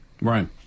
Right